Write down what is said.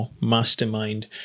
mastermind